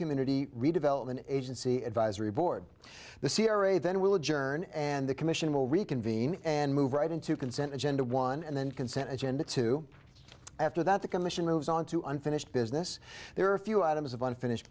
community redevelopment agency advisory board the c r a then will adjourn and the commission will reconvene and move right into consent agenda one and then consent agenda two after that the commission moves on to unfinished business there are a few items of unfinished